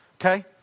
okay